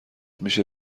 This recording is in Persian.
میشه